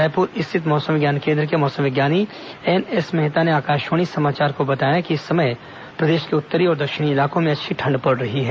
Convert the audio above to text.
रायपुर स्थित मौसम विज्ञान केन्द्र के मौसम विज्ञानी एन एस मेहता ने आकाशवाणी समाचार को बताया कि इस समय प्रदेश के उत्तरी और दक्षिणी इलाकों में अच्छी ठंड पड़ रही है